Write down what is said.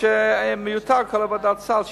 מיותרת כל ועדת הסל,